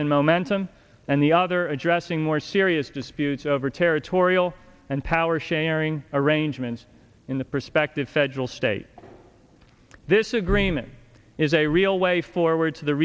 and momentum and the other addressing more serious disputes over territorial and power sharing arrangements in the perspective federal state this agreement is a real way forward to the